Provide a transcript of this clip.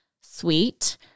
sweet